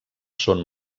són